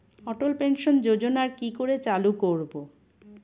অটল pension যোজনার কি করে চালু করব?